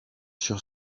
sur